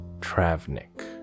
Travnik